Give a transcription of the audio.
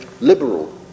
liberal